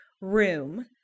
room